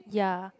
ya